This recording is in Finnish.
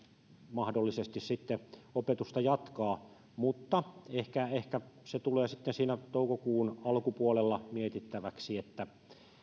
mahdollisesti opetusta jatkaa mutta ehkä ehkä se tulee sitten siinä toukokuun alkupuolella mietittäväksi että